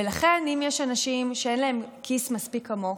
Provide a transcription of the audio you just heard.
ולכן, אם יש אנשים שאין להם כיס מספיק עמוק,